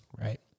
Right